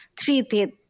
treated